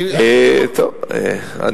אני בטוח.